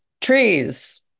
trees